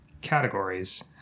categories